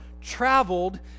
traveled